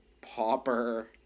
pauper